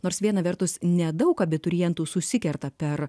nors viena vertus nedaug abiturientų susikerta per